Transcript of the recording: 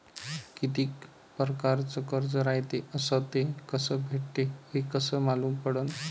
कितीक परकारचं कर्ज रायते अस ते कस भेटते, हे कस मालूम पडनं?